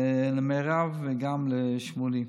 למירב וגם לשמולי,